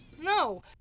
no